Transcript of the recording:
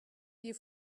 you